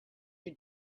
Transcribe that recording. your